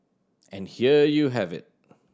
and here you have it